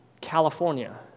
California